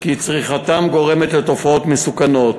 כי צריכתם גורמת לתופעות מסוכנות.